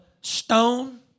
stone